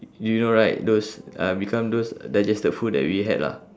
you know right those uh become those digested food that we had lah